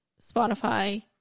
Spotify